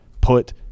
put